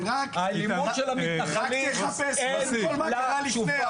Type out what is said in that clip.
האלימות של המתנחלים, אין לה תשובה.